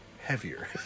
heavier